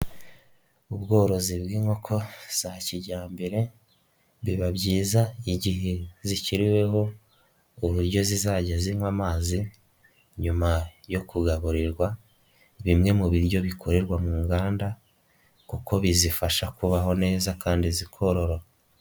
Ubworozi bw'inkoko za kijyambere, biba byiza igihe zishyiriweho uburyo zizajya zinywa amazi nyuma yo kugaburirwa bimwe mu biryo bikorerwa mu nganda kuko bizifasha kubaho neza kandi zikororoka.